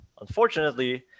Unfortunately